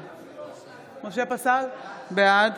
משה פסל, בעד